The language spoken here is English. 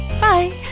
Bye